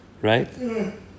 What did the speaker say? Right